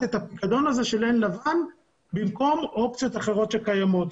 את הפיקדון הזה של עין לבן במקום אופציות אחרות שקיימות.